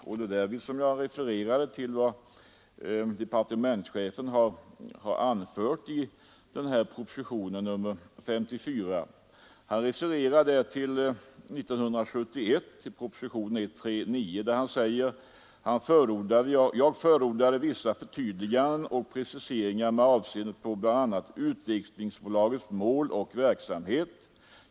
När jag säger det refererar jag till vad departementschefen har anfört i propositionen 54, nämligen följande: ”I prop. 1971:139 förordade jag vissa förtydliganden och preciseringar med avseende på bl.a. utvecklingsbolagets mål och verksamhet.